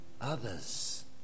others